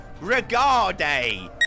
Regarde